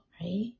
right